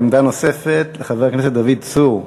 עמדה נוספת לחבר הכנסת דוד צור.